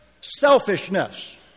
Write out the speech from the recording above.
selfishness